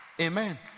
amen